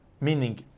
Meaning